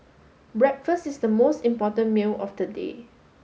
breakfast is the most important meal of the day